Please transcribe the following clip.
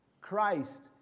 Christ